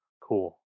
Cool